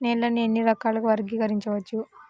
నేలని ఎన్ని రకాలుగా వర్గీకరించవచ్చు?